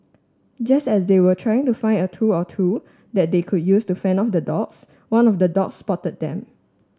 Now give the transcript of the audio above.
just as they were trying to find a tool or two that they could use to fend off the dogs one of the dogs spotted them